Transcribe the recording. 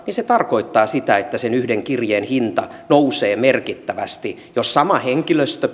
jolloin se tarkoittaa sitä että sen yhden kirjeen hinta nousee merkittävästi jos sama henkilöstö